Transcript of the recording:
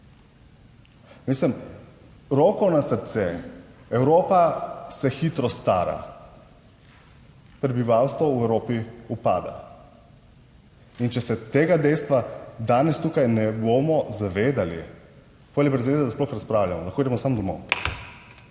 roko na srce, Evropa se hitro stara, prebivalstvo v Evropi upada. In če se tega dejstva danes tukaj ne bomo zavedali, potem je brezveze, da sploh razpravljamo, lahko gremo samo domov.